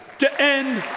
to end,